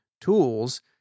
tools